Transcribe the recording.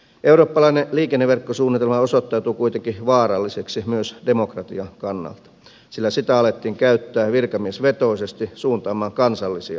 eurooppalainen liikenneverkkosuunnitelma osoittautui kuitenkin vaaralliseksi myös demokratian kannalta sillä sitä alettiin käyttää virkamiesvetoisesti suuntaamaan kansallisia ratkaisuja